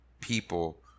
people